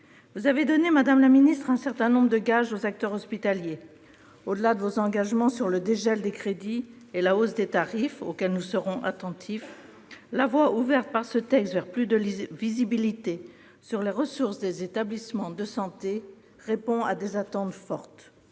Vous avez donné, madame la ministre, un certain nombre de gages aux acteurs hospitaliers : au-delà de vos engagements sur le dégel des crédits et la hausse des tarifs, auxquels nous serons attentifs, la voie ouverte par ce texte vers une meilleure visibilité sur les ressources des établissements de santé répond à des attentes fortes.